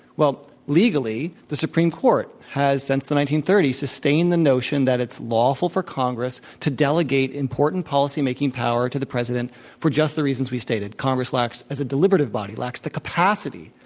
well, legally, the supr eme court has, since the nineteen thirty s, sustained the notion that it's lawful for congress to delegate important policy making power to the president for just the reasons we stated, congress lacks as a deliberative body, lacks the capacity,